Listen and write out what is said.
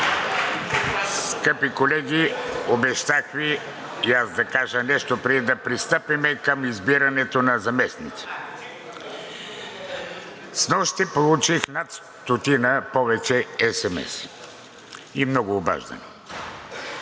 Скъпи колеги, обещах Ви и аз да кажа нещо, преди да пристъпим към избирането на заместници. Снощи получих над стотина и повече есемеси и много обаждания.